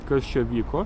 kas čia vyko